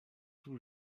tous